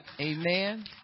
amen